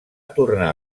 tornar